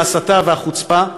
ההסתה והחוצפה,